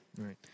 right